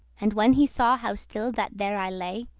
and when he saw how still that there i lay,